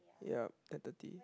yeap ten thirty